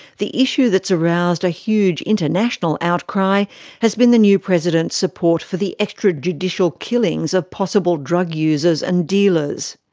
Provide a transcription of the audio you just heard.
the issue that's aroused a huge international outcry has been the new president's support for the extrajudicial killings of possible drug users and dealers.